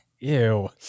Ew